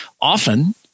often